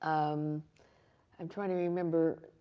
um i'm trying to remember.